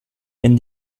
wenn